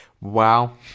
wow